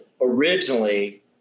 originally